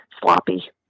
sloppy